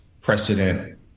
precedent